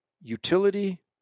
Utility